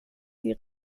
die